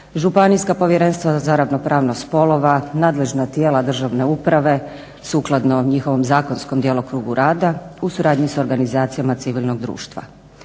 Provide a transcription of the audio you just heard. županijska povjerenstva za ravnopravnost spolova, nadležna tijela državne uprave sukladno njihovom zakonskom djelokrugu rada u suradnji s organizacijama civilnog društva.